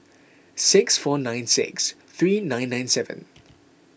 six four nine six three nine nine seven